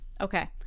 okay